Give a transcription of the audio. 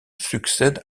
succède